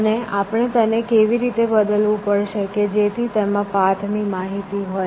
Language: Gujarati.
અને આપણે તેને એવી રીતે બદલવું પડશે કે જેથી તેમાં પાથ ની માહિતી હોય